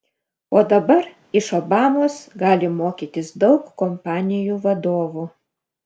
o dabar iš obamos gali mokytis daug kompanijų vadovų